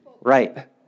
Right